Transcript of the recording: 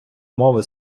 мови